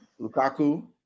Lukaku